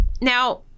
Now